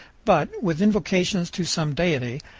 but, with invocations to some deity,